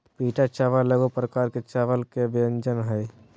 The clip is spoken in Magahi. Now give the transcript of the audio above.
पीटा चावल एगो प्रकार के चावल के व्यंजन हइ